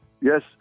Yes